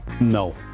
No